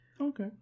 Okay